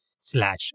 slash